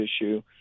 issue